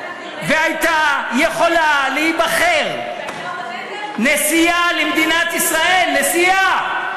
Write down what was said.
והייתה יכולה להיבחר נשיאה למדינת ישראל, נשיאה.